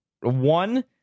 One